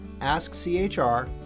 askchr